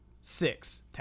Six